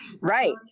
Right